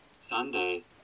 Sunday